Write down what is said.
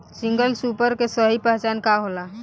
Single super के सही पहचान का होला?